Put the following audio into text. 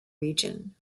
region